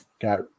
got